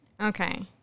Okay